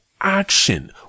action